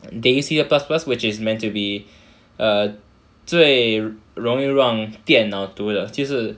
there's C plus plus which is meant to be err 最容易让电脑读的就是